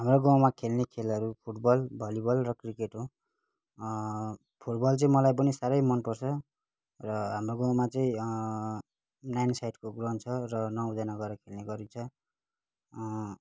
हाम्रो गाउँमा खेल्ने खेलहरू फुटबल भलिबल र क्रिकेट हो फुटबल चाहिँ मलाई पनि साह्रै मनपर्छ र हाम्रो गाउँमा चाहिँ नाइन साइडको ग्राउन्ड छ र नौजना गरेर खेल्ने गरिन्छ